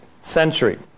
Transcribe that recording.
century